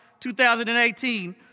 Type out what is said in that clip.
2018